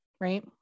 Right